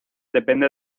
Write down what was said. depende